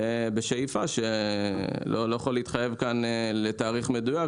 אני לא יכול להתחייב כאן לתאריך מדויק,